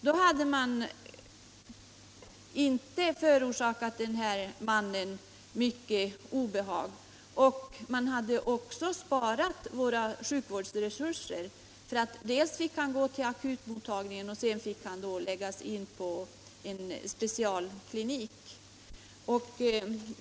Då hade man inte orsakat den här mannen så mycket obehag, och man hade dessutom sparat på våra sjukvårdsresurser; mannen måste ju först gå till akutmottagningen. och sedan fick han läggas in på specialklinik.